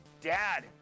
Dad